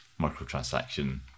microtransaction